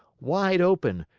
wide open,